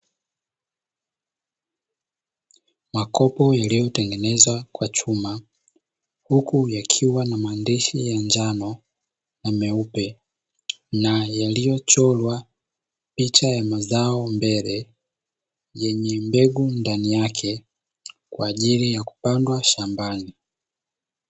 Makopo yaliyotengenezwa kwa chuma, huku yakiwa na maandishi ya njano na meupe na yaliyochorwa picha ya mazao mbele, yenye mbegu ndani yake kwa ajili ya kupandwa shambani.